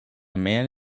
man